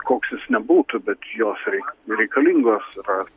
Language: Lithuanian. koks jis nebūtų bet jos reik reikalingos yra